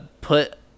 put